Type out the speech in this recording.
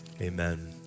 Amen